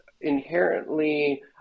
inherently